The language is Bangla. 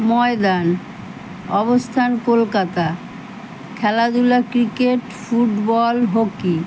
ময়দান অবস্থান কলকাতা খেলাধূলা ক্রিকেট ফুটবল হকি